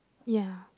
ya